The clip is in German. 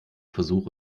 versuch